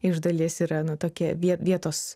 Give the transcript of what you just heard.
iš dalies yra nu tokia vie vietos